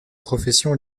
professions